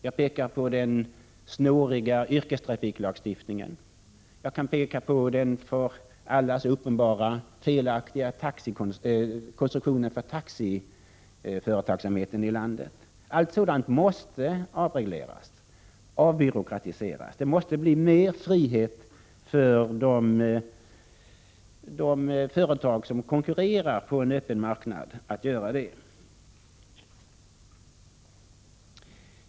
Jag kan peka på den snåriga yrkestrafiklagstiftningen och den för alla så uppenbart felaktiga konstruktionen för taxiföretagsamheten i landet. Allt sådant måste avregleras och avbyråkratiseras. Det måste bli mer frihet för de företag som konkurrerar på en öppen marknad att göra det.